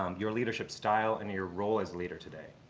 um your leadership style and your role as leader today?